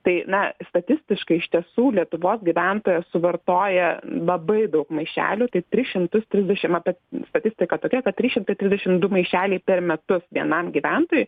tai na statistiškai iš tiesų lietuvos gyventojas suvartoja labai daug maišelių tai tris šimtus trisdešim apie statistika tokia kad trys šimtai trisdešim du maišeliai per metus vienam gyventojui